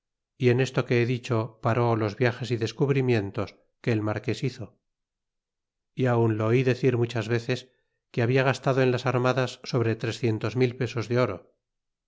y en esto que he dicho paré los viajes y descubrimientos que el marques hizo y aun lo of decir muchas veces que habla gastado en las armadas sobre trecientos mil pesos de oro